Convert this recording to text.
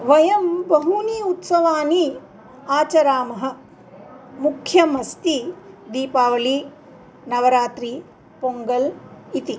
वयं बहूनि उत्सवानि आचरामः मुख्यमस्ति दीपावलिः नवरात्रिः पोङ्गल् इति